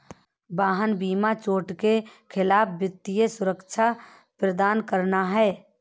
वाहन बीमा चोट के खिलाफ वित्तीय सुरक्षा प्रदान करना है